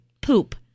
poop